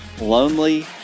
lonely